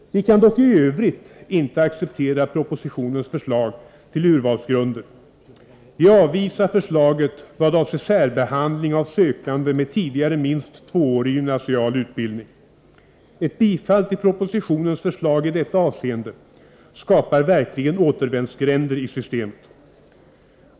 Vi kan dock i övrigt inte acceptera propositionens förslag till urvalsgrunder. Vi avvisar förslaget vad avser särbehandling av sökande med tidigare minst tvåårig gymnasial utbildning. Ett bifall till propositionens förslag i detta avseende skapar verkligen återvändsgränder i systemet.